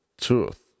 truth